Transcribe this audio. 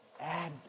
Add